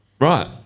right